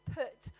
put